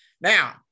Now